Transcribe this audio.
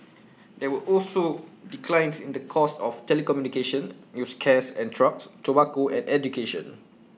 there were also declines in the cost of telecommunication used cares and trucks tobacco and education